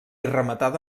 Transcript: rematada